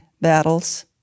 battles